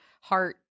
heart